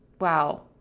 wow